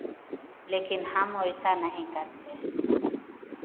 लेकिन हम वैसा नहीं करते हैं